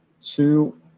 two